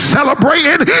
celebrating